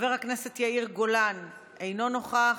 חבר הכנסת יאיר גולן, אינו נוכח,